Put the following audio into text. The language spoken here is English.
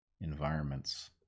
environments